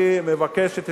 אני מבקש את